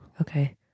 Okay